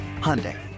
Hyundai